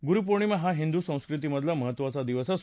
गुरु पौर्णिमा हा हिंदू संस्कृतीमधला महत्त्वाचा दिवस आहे